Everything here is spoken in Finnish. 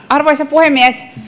arvoisa puhemies